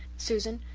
susan,